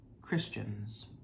Christians